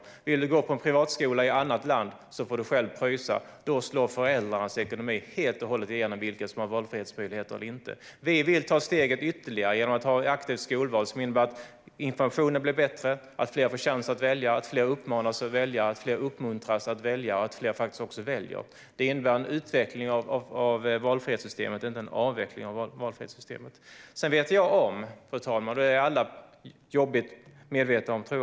Vill du gå på en privatskola i ett annat land får du själv pröjsa, och då slår föräldrarnas ekonomi helt och hållet igenom när det gäller vilka som har valfrihetsmöjligheter och inte. Vi vill ta ett ytterligare steg genom att ha ett aktivt skolval, vilket innebär att informationen blir bättre, att fler får chans att välja, att fler uppmanas och uppmuntras att välja - och att fler faktiskt också väljer. Det innebär en utveckling av valfrihetssystemet, inte en avveckling av valfrihetssystemet. Sedan vet jag om, fru talman, att vi har en stor bostadssegregation i Sverige.